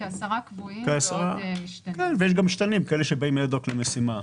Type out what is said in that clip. ויש גם משתנים כאלה שבאים למשימה.